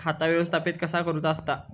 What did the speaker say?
खाता व्यवस्थापित कसा करुचा असता?